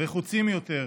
רחוצים יותר,